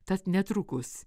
tad netrukus